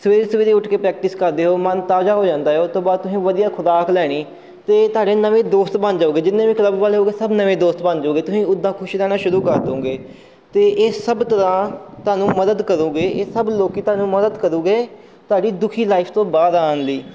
ਸਵੇਰੇ ਸਵੇਰੇ ਉੱਠ ਕੇ ਪ੍ਰੈਕਟਿਸ ਕਰਦੇ ਹੋ ਮਨ ਤਾਜ਼ਾ ਹੋ ਜਾਂਦਾ ਉਹ ਤੋਂ ਬਾਅਦ ਤੁਸੀਂ ਵਧੀਆ ਖੁਰਾਕ ਲੈਣੀ ਅਤੇ ਤੁਹਾਡੇ ਨਵੇਂ ਦੋਸਤ ਬਣ ਜਾਊਗੇ ਜਿੰਨੇ ਵੀ ਕਲੱਬ ਵਾਲੇ ਹੋਊਗੇ ਸਭ ਨਵੇਂ ਦੋਸਤ ਬਣ ਜੂਗੇ ਤੁਸੀਂ ਉੱਦਾਂ ਖੁਸ਼ ਰਹਿਣਾ ਸ਼ੁਰੂ ਕਰ ਦੋਗੇ ਅਤੇ ਇਹ ਸਭ ਤਰ੍ਹਾਂ ਤੁਹਾਨੂੰ ਮਦਦ ਕਰੂਗੇ ਇਹ ਸਭ ਲੋਕ ਤੁਹਾਨੂੰ ਮਦਦ ਕਰੂੰਗੇ ਤੁਹਾਡੀ ਦੁਖੀ ਲਾਈਫ ਤੋਂ ਬਾਹਰ ਆਉਣ ਲਈ